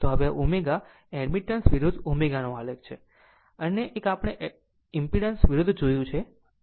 તો હવે આ ω એડમિટેન્સ વિરુદ્ધ ω આલેખ છે અન્ય એક આપણે આ ઈમ્પીડન્સ વિરુદ્ધ જોયું